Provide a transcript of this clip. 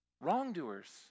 wrongdoers